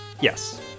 Yes